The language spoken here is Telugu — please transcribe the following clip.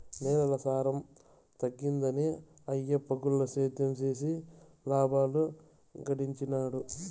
నేలల సారం తగ్గినాదని ఆయప్ప గుల్ల సేద్యం చేసి లాబాలు గడించినాడు